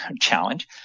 challenge